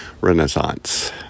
renaissance